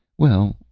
well,